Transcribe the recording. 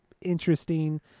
interesting